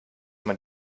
man